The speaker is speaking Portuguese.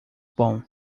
bom